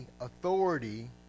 authority